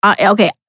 okay